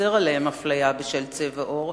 שאוסר עליהם אפליה בשל צבע עור,